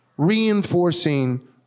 reinforcing